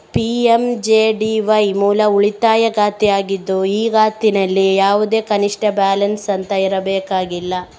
PMJDY ಮೂಲ ಉಳಿತಾಯ ಖಾತೆ ಆಗಿದ್ದು ಈ ಖಾತೆನಲ್ಲಿ ಯಾವುದೇ ಕನಿಷ್ಠ ಬ್ಯಾಲೆನ್ಸ್ ಅಂತ ಇರಬೇಕಾಗಿಲ್ಲ